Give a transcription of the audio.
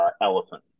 elephant